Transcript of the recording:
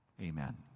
Amen